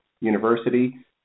University